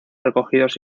recogidos